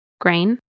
grain